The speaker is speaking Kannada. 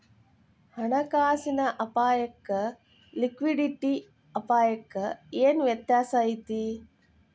ಹಣ ಕಾಸಿನ್ ಅಪ್ಪಾಯಕ್ಕ ಲಿಕ್ವಿಡಿಟಿ ಅಪಾಯಕ್ಕ ಏನ್ ವ್ಯತ್ಯಾಸಾ ಐತಿ?